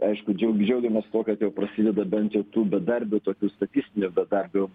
aišku džiaug džiaugiamės tuo kad jau prasideda bent jau tų bedarbių tokių statistinių bedarbių